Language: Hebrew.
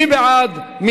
מי בעד?